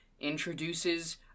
introduces